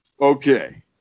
Okay